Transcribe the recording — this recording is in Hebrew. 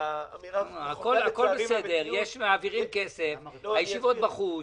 הכול בסדר, מעבירים כסף, הישיבות בחוץ.